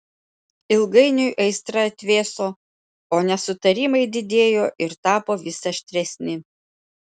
ilgainiui aistra atvėso o nesutarimai didėjo ir tapo vis aštresni